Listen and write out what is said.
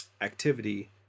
activity